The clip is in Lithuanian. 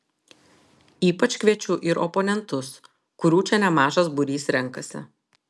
ypač kviečiu ir oponentus kurių čia nemažas būrys renkasi